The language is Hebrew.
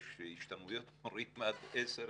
יש השתלמויות מורים עד 22:00,